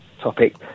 topic